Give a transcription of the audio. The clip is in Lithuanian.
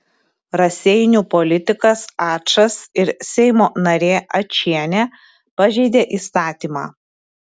raseinių politikas ačas ir seimo narė ačienė pažeidė įstatymą